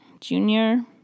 junior